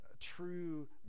true